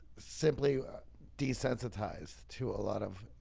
simply desensitized to a lot of,